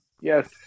Yes